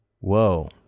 whoa